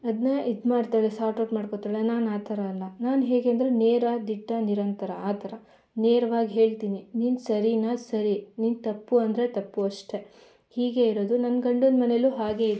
ಅದನ್ನ ಇದು ಮಾಡ್ತಾಳೆ ಸಾಟೌಟ್ ಮಾಡ್ಕೊಳ್ತಾಳೆ ನಾನು ಆ ಥರ ಅಲ್ಲ ನಾನು ಹೇಗೆಂದರೆ ನೇರ ದಿಟ್ಟ ನಿರಂತರ ಆ ಥರ ನೇರ್ವಾಗಿ ಹೇಳ್ತೀನಿ ನೀನು ಸರಿನ ಸರಿ ನೀನು ತಪ್ಪು ಅಂದರೆ ತಪ್ಪು ಅಷ್ಟೇ ಹೀಗೆ ಇರೋದು ನನ್ನ ಗಂಡನ ಮನೆಲೂ ಹಾಗೆ ಇದ್ದೀನಿ